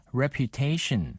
reputation